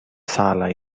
sala